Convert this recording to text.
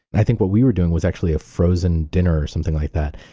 i think what we were doing was actually a frozen dinner or something like that,